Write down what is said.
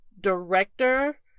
director